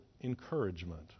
encouragement